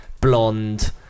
blonde